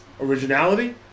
originality